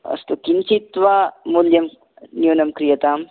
अस्तु किञ्चित् वा मूल्यं न्यूनं क्रीयताम्